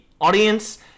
Audience